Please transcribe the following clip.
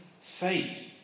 faith